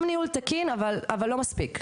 גם ניהול תקין, אבל לא מספיק.